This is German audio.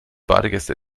badegäste